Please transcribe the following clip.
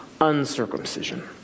uncircumcision